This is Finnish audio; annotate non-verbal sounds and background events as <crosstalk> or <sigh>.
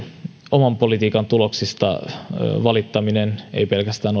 oman politiikanne tuloksista valittaminen ei pelkästään <unintelligible>